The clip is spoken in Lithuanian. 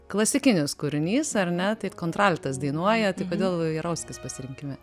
klasikinis kūrinys ar ne tai kontraltas dainuoja tai kodėl jarauskis pasirinkime